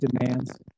demands